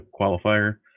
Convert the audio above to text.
qualifier